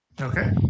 Okay